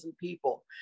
people